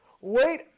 Wait